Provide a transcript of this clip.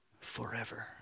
forever